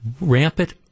rampant